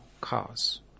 cars